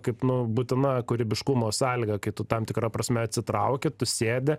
kaip nu būtina kūrybiškumo sąlyga kai tu tam tikra prasme atsitrauki tu sėdi